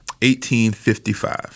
1855